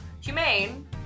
humane